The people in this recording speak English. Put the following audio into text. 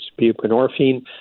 buprenorphine